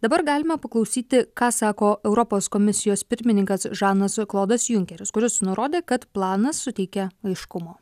dabar galima paklausyti ką sako europos komisijos pirmininkas žanas klodas junkeris kuris nurodė kad planas suteikia aiškumo